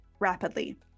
rapidly